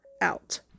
out